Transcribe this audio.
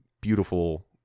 beautiful